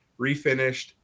refinished